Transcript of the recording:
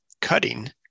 cutting